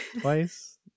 Twice